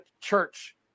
church